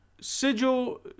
Sigil